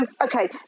okay